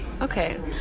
Okay